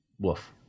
woof